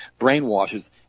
brainwashes